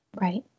Right